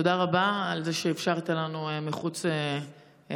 תודה רבה על זה שאפשרת לנו מחוץ לזמנים.